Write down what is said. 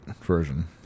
version